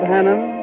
Hannon